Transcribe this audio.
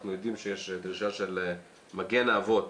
אנחנו יודעים שיש דרישה של מגן אבות